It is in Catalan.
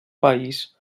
país